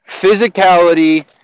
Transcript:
physicality